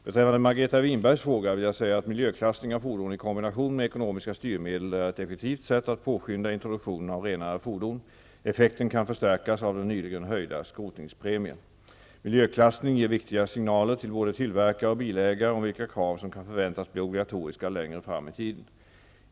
Beträffande Margareta Winbergs fråga vill jag säga att miljöklassning av fordon i kombination med ekonomiska styrmedel är ett effektivt sätt att påskynda introduktionen av renare fordon. Effekten kan förstärkas av den nyligen höjda skrotningspremien. Miljöklassning ger viktiga signaler till både tillverkare och bilägare om vilka krav som kan förväntas bli obligatoriska längre fram i tiden.